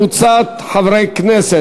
רבותי,